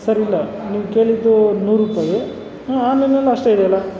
sir ಇಲ್ಲ ನೀವು ಕೇಳಿದ್ದೂ ನೂರು ರುಪಾಯಿ ಹ್ಞೂ ಆನ್ಲೈನಲ್ಲಿ ಅಷ್ಟೇ ಇದೆಯಲ್ಲ